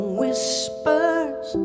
whispers